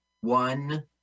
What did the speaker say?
one